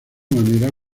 manera